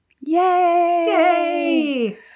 Yay